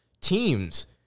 teams